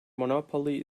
monopoly